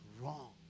wrong